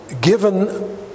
given